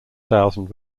thousand